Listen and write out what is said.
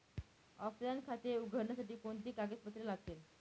Offline खाते उघडण्यासाठी कोणती कागदपत्रे लागतील?